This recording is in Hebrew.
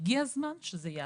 הגיע הזמן שזה ייעשה.